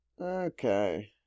Okay